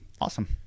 awesome